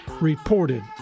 reported